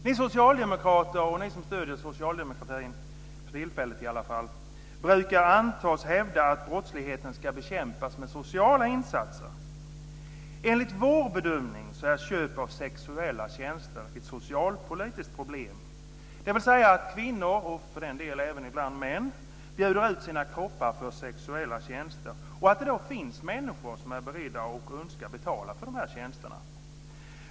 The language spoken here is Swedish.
Ni socialdemokrater och ni som stöder socialdemokratin, i alla fall för tillfället, brukar annars hävda att brottsligheten ska bekämpas med sociala insatser. Enligt vår bedömning är köp av sexuella tjänster ett socialpolitiskt problem, dvs. att kvinnor, och för den delen även ibland män, bjuder ut sina kroppar för sexuella tjänster och att det då finns människor som är beredda att och önskar betala för de här tjänsterna.